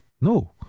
no